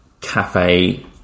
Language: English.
cafe